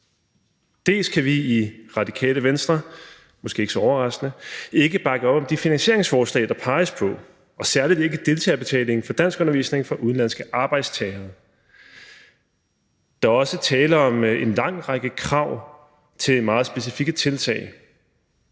Vi kan i Radikale Venstre, måske ikke så overraskende, ikke bakke op om de finansieringsforslag, der peges på, og særlig ikke deltagerbetaling for danskundervisning for udenlandske arbejdstagere. Der er også tale om en lang række krav til meget specifikke tiltag,